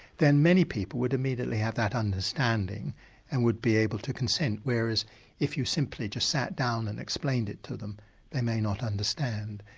then many people would immediately have that understanding and would be able to consent. whereas if you simply just sat down and explained it to them they may not understand.